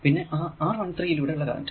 പിന്നെ R 13 യിലൂടെ ഉള്ള കറന്റ്